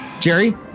Jerry